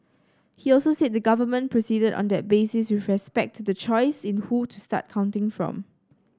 he also said the government proceeded on that basis with respect to the choice in who to start counting from